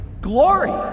glory